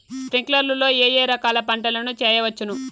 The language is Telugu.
స్ప్రింక్లర్లు లో ఏ ఏ రకాల పంటల ను చేయవచ్చును?